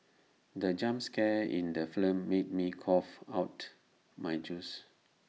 the jump scare in the film made me cough out my juice